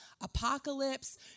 apocalypse